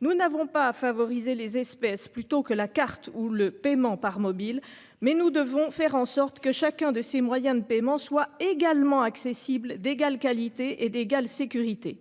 Nous n'avons pas à favoriser les espèces plutôt que la carte ou le paiement par mobile mais nous devons faire en sorte que chacun de ces moyens de paiement, soit également accessible d'égale qualité et d'égale sécurité